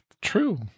True